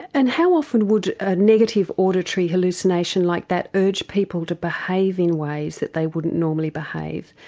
and how often would a negative auditory hallucination like that urge people to behave in ways that they wouldn't normally behave?